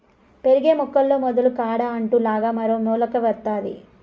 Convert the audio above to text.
పెరిగే మొక్కల్లో మొదలు కాడ అంటు లాగా మరో మొలక వత్తాది